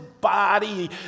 body